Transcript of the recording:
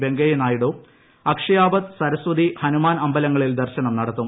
വെങ്കയ്യ നായിഡു അക്ഷായ്വത് സരസ്വതി ഹനുമാൻ അമ്പലങ്ങളിൽ ദർശനം നടത്തും